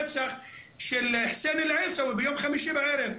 רצח של חוסיין אל-עיסא ביום חמישי בערב,